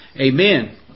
Amen